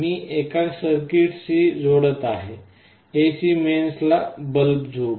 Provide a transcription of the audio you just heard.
हे मी एका सर्किटशी जोडत आहे AC मेन्सला बल्ब जोडू